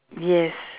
yes